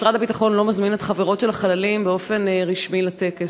משרד הביטחון לא מזמין את החברות של החללים באופן רשמי לטקס.